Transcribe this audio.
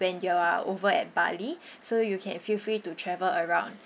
when you are over at bali so you can feel free to travel around